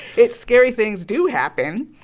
it's scary things do happen.